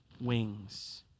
wings